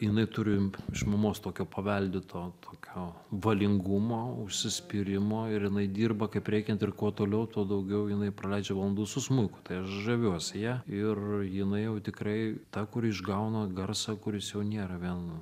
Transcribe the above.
jinai turi iš mamos tokio paveldėto tokio valingumo užsispyrimo ir jinai dirba kaip reikiant ir kuo toliau tuo daugiau jinai praleidžia valandų su smuiku tai aš žaviuosi ja ir jinai jau tikrai tą kurį išgauna garsą kuris jau nėra vien